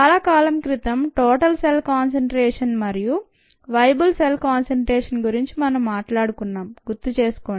చాలా కాలం క్రితం టోటల్ సెల్ కాన్సంట్రేషన్ మరియు వయబుల్ సెల్ కాన్సంట్రేషన్ గురించి మనం మాట్లాడుకున్నాం గుర్తుచేసుకోండి